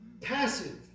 passive